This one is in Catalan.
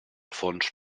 fons